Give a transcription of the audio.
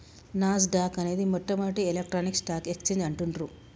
నాస్ dock అనేది మొట్టమొదటి electronic stock exchange అంటుండ్రు